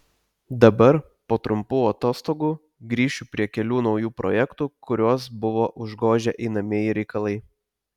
dabar po trumpų atostogų grįšiu prie kelių naujų projektų kuriuos buvo užgožę einamieji reikalai